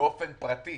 באופן פרטי